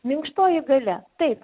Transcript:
minkštoji galia taip